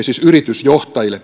siis yritysjohtajilta